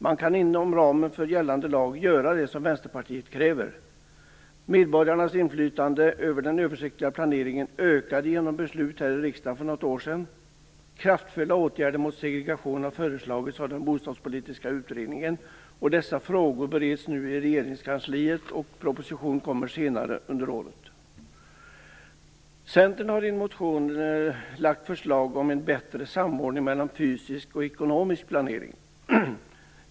Man kan inom ramen för gällande lag göra det som Vänsterpartiet kräver. Medborgarnas inflytande över den översiktliga planeringen ökade genom beslut här i riksdagen för något år sedan. Kraftfulla åtgärder mot segregation har föreslagits av den bostadspolitiska utredningen. Dessa frågor bereds nu i regeringskansliet, och en proposition kommer att läggas fram senare under året. Centern har i en motion väckt förslag om en bättre samordning mellan fysisk och ekonomisk planering.